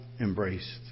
embraced